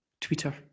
twitter